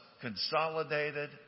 consolidated